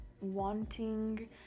wanting